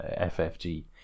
ffg